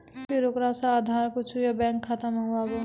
फिर ओकरा से आधार कद्दू या बैंक खाता माँगबै?